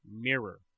Mirror